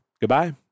Goodbye